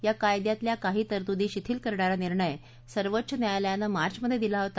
या कायद्यातल्या काही तरतूदी शिथिल करणारा निर्णय सर्वोच्च न्यायालयानं मार्चमध्ये दिला होता